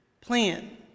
plan